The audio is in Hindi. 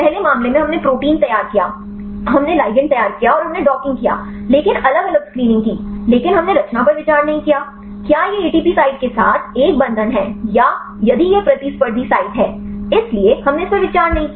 पहले मामले में हमने प्रोटीन तैयार किया हमने लिगैंड तैयार किया और हमने डॉकिंग किया लेकिन अलग अलग स्क्रीनिंग की लेकिन हमने रचना पर विचार नहीं किया क्या यह एटीपी साइट के साथ एक बंधन है या यदि यह प्रतिस्पर्धी साइट है इसलिए हमने इस पर विचार नहीं किया